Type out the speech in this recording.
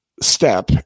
step